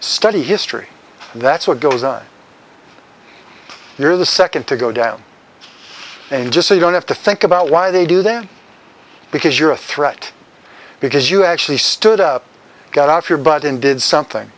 study history that's what goes on you're the second to go down and just so you don't have to think about why they do there because you're a threat because you actually stood up got off your butt and did something